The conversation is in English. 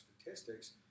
statistics